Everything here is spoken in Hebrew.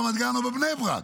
ברמת גן או בבני ברק.